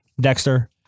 Dexter